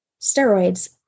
steroids